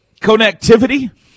Connectivity